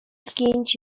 klienci